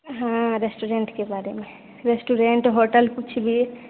हँ रेस्टूरेंटके बारेमे रेस्टूरेंट होटल किछु भी